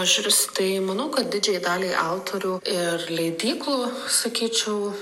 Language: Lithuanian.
aš vis tai manau kad didžiajai daliai autorių ir leidyklų sakyčiau